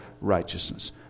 righteousness